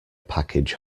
package